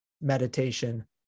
meditation